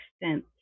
extent